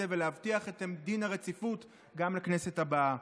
ולהבטיח את דין הרציפות גם לכנסת הבאה.